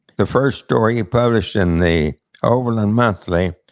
the first story he published in the overland monthly,